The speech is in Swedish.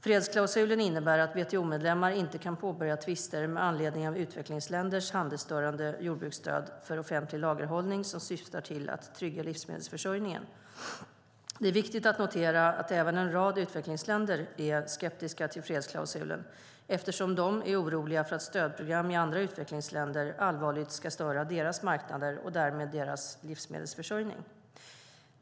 Fredsklausulen innebär att WTO-medlemmar inte kan påbörja tvister med anledning av utvecklingsländers handelsstörande jordbruksstöd för offentlig lagerhållning som syftar till att trygga livsmedelsförsörjningen. Det är viktigt att notera att även en rad utvecklingsländer är skeptiska till fredsklausulen, eftersom de är oroliga för att stödprogram i andra utvecklingsländer allvarligt ska störa deras marknader och därmed deras livsmedelsförsörjning.